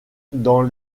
dans